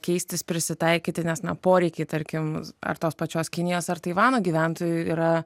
keistis prisitaikyti nes na poreikiai tarkim ar tos pačios kinijos ar taivano gyventojų yra